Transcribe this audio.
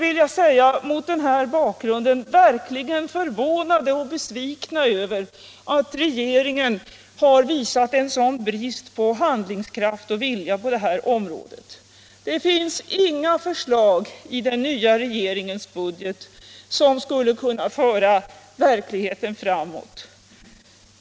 Vi är mot den här bakgrunden verkligen förvånade och besvikna över att regeringen har visat en sådan brist på vilja och handlingskraft på detta område. Det finns inga förslag i den nya regeringens budget som skulle kunna föra verkligheten framåt.